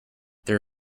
their